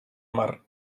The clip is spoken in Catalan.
mar